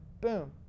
boom